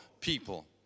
people